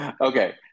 Okay